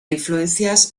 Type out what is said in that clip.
influencias